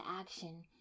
action